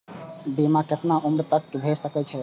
बीमा केतना उम्र तक के भे सके छै?